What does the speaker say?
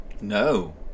no